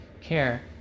care